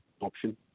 option